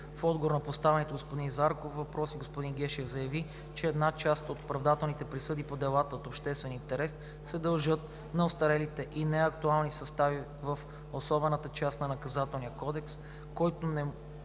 В отговор на поставените от господин Зарков въпроси господин Гешев заяви, че една част от оправдателните присъди по делата от обществен интерес се дължат на остарелите и неактуални състави в особената част на Наказателния кодекс, които не могат да защитят